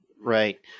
Right